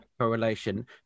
correlation